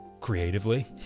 creatively